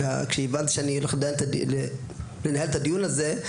כשהבנתי שאני הולך לנהל את הדיון הזה,